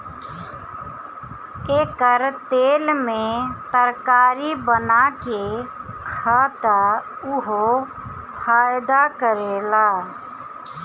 एकर तेल में तरकारी बना के खा त उहो फायदा करेला